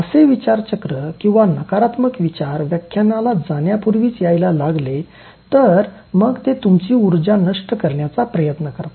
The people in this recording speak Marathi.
असे विचारचक्र किंवा नकारात्मक विचार व्याख्यानाला जाण्याण्यापूर्वीच यायला लागले तर मग ते तुमची उर्जा नष्ट करण्याचा प्रयत्न करतात